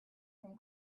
from